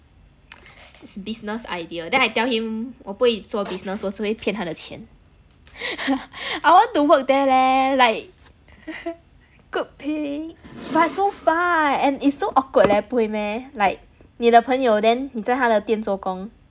business idea then I tell him 我不会做 business 我只会骗他的钱 I want to work there leh like good pay but it's so far and it's so awkward leh 不会 meh like 你的朋友 then 你在他的店做工